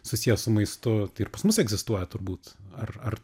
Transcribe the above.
susiję su maistu tai ir pas mus egzistuoja turbūt ar ar